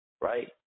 right